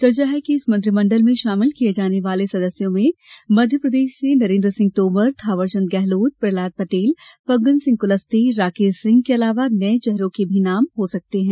चर्चा है कि इस मंत्रिमंडल में शामिल किये जाने वाले सदस्यों में मध्यप्रदेश से नरेन्द्र सिंह तोमर थावरचंद गेहलोत प्रहलाद पटेल फग्गन सिंह कुलस्ते राकेश सिंह के अलावा नये चेहरों के भी नाम हो सकते हैं